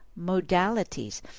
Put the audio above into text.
modalities